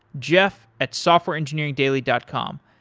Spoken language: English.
jeff at softwareengineeringdaily dot com.